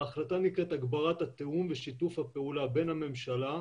ההחלטה נקראת הגברת התיאום ושיתוף הפעולה בין הממשלה,